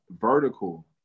vertical